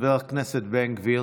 חבר הכנסת בן גביר,